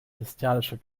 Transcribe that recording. bestialischer